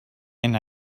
and